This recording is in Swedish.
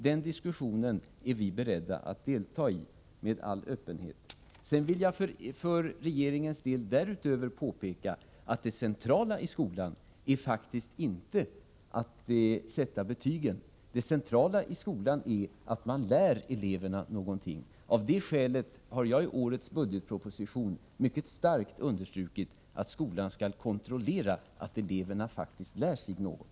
Den diskussionen är vi beredda att delta i, med all öppenhet. Sedan vill jag för regeringens del därutöver påpeka att det centrala i skolan faktiskt inte är att sätta betyg. Det centrala är att lära eleverna någonting. Av det skälet har jag i årets budgetproposition mycket starkt understrukit att skolan skall kontrollera att eleverna faktiskt lär sig något.